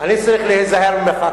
אני צריך להיזהר ממך.